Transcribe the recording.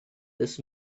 this